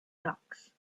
docs